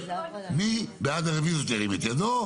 מי בעד הרביזיות שירים את ידו?